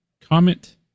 comment